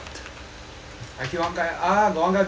I kill one guy ah got one guy behind me